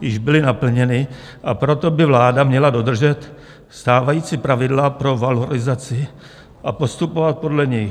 již byly naplněny, a proto by vláda měla dodržet stávající pravidla pro valorizaci a postupovat podle nich.